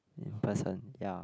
in person ya